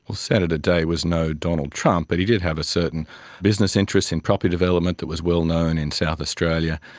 senator day was no donald trump but he did have a certain business interest in property development that was well-known in south australia.